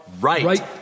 right